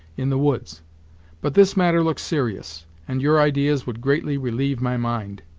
in the woods but this matter looks serious, and your ideas would greatly relieve my mind.